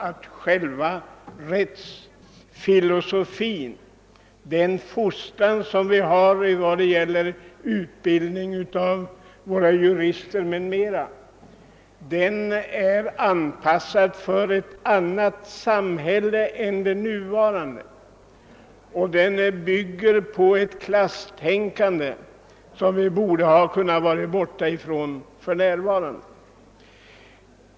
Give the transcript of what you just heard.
Utbildningen av våra jurister är nämligen enligt min mening anpassad för ett annat samhälle än det nuvarande och bygger på ett klasstänkande som vi borde ha kunnat vara fria ifrån numera.